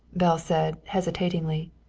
belle said hesitatingly,